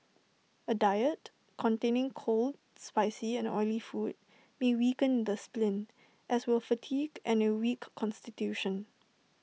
A diet containing cold spicy and oily food may weaken the spleen as will fatigue and A weak Constitution